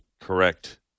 Correct